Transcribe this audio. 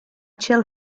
chill